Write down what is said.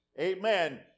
Amen